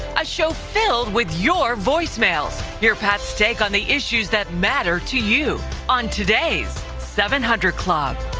a show filled with your voicemails. hear pat's take on the issues that matter to you on today's seven hundred club.